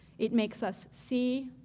it makes us see,